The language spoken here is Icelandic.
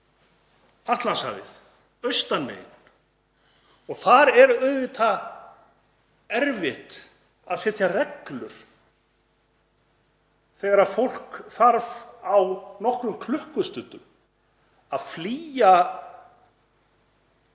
Atlantshafið, austan megin. Þar er auðvitað erfitt að setja reglur þegar fólk þarf á nokkrum klukkustundum að flýja